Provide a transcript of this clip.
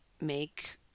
make